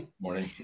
Morning